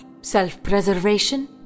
Self-preservation